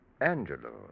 Angelo